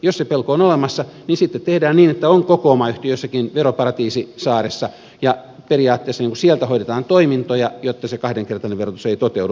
jos se pelko on olemassa niin sitten tehdään niin että on kokoomayhtiö jossakin veroparatiisisaaressa ja periaatteessa sieltä hoidetaan toimintoja jotta se kahdenkertainen verotus ei toteudu